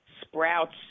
Sprouts